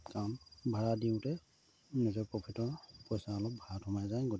কাৰণ ভাড়া দিওঁতে নিজৰ প্ৰফিটৰ পইচা অলপ ভাড়াত সোমাই যায় গতিকেলৈ